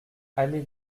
allée